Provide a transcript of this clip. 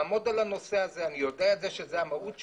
הוא יעמוד על הנושא הזה, אני יודע שזה המהות שלו.